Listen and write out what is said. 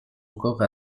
encore